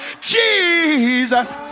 Jesus